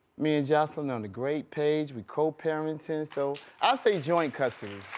me and joseline on a great page, we're co-parenting so, i say joint custody.